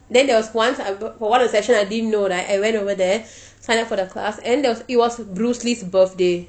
then there was once I for one of the session I didn't know right I went over there sign up for the class and then there was it was bruce lee's birthday